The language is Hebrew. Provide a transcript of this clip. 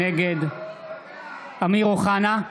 נגד אמיר אוחנה,